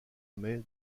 mai